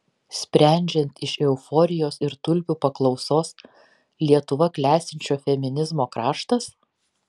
sprendžiant iš euforijos ir tulpių paklausos lietuva klestinčio feminizmo kraštas